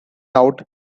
out